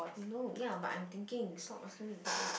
no ya but I'm thinking stop asking me to talk loud